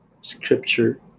scripture